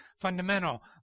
fundamental